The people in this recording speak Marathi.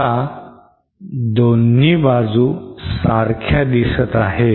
आता दोन्ही बाजू सारख्या दिसत आहेत